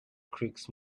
creaks